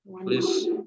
please